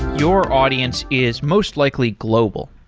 your audience is most likely global.